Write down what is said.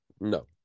No